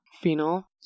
phenol